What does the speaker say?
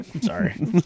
Sorry